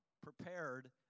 prepared